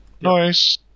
Nice